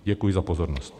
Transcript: Děkuji za pozornost.